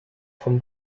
vom